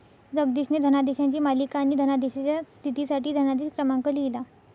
जगदीशने धनादेशांची मालिका आणि धनादेशाच्या स्थितीसाठी धनादेश क्रमांक लिहिला